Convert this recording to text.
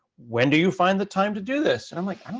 when do you find the time to do this? and i'm like,